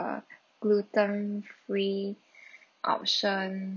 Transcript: uh gluten free option